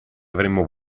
avremmo